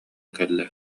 кэллэ